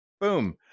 Boom